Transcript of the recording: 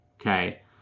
Okay